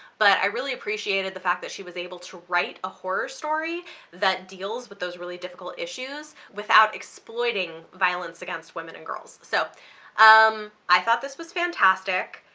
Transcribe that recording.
but i really appreciated the fact that she was able to write a horror story that deals with those really difficult issues without exploiting violence against women and girls. so um i thought this was fantastic.